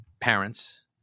parents